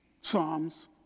Psalms